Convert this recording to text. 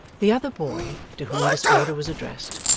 the other boy, to whom this order was addressed,